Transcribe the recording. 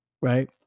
right